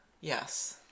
Yes